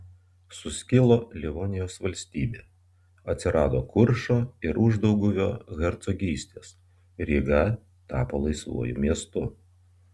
suskilo livonijos valstybė atsirado kuršo ir uždauguvio hercogystės ryga tapo laisvuoju miestu